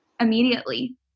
immediately